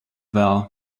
well